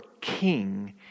king